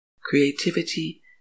creativity